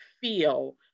feel